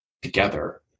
Together